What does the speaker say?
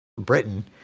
britain